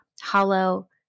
Hollow